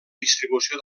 distribució